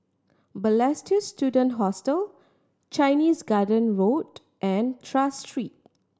Balestier Student Hostel Chinese Garden Road and Tras Street